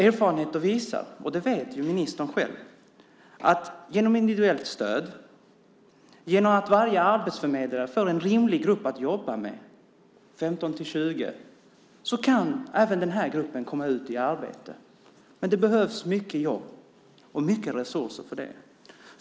Erfarenheter visar, och det vet ministern själv, att genom individuellt stöd, genom att varje arbetsförmedlare får en rimlig grupp att jobba med, 15-20, kan även den här gruppen komma ut i arbete. Men det behövs mycket jobb och mycket resurser för det.